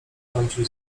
wtrącił